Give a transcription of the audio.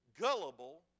gullible